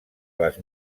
les